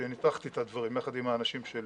כשניתחתי את הדברים יחד עם האנשים שלי